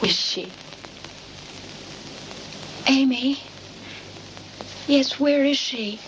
which she amy is where is she